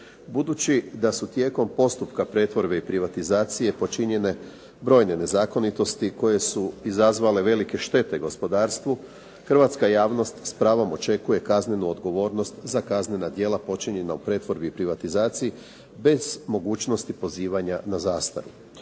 Budući da su tijekom postupka pretvorbe i privatizacije počinjene brojne nezakonitosti koje su izazvale velike štete gospodarstvu, hrvatska javnost s pravom očekuje kaznenu odgovornost za kaznena djela počinjena u pretvorbi i privatizaciji, bez mogućnosti pozivanja na zastaru.